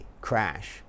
crash